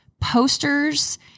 Posters